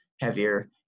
heavier